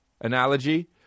analogy